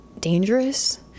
dangerous